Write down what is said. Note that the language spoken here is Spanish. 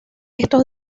estos